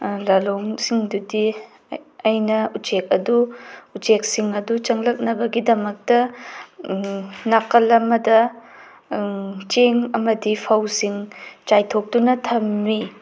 ꯂꯥꯂꯣꯡꯁꯤꯡ ꯑꯗꯨꯗꯤ ꯑꯩꯅ ꯎꯆꯦꯛ ꯑꯗꯨ ꯎꯆꯦꯛꯁꯤꯡ ꯑꯗꯨ ꯆꯪꯂꯛꯅꯕꯒꯤꯗꯃꯛꯇ ꯅꯥꯀꯜ ꯑꯃꯗ ꯆꯦꯡ ꯑꯃꯗꯤ ꯐꯧꯁꯤꯡ ꯆꯥꯏꯊꯣꯛꯇꯨꯅ ꯊꯝꯃꯤ